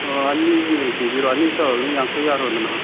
ꯑꯅꯤ ꯍꯦꯛ ꯄꯤꯕꯤꯔꯣ ꯑꯅꯤ ꯇꯧꯔꯕꯅꯤꯅ ꯌꯥꯡꯈꯩ ꯌꯥꯔꯣꯗꯅ